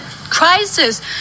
crisis